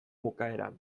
bukaeran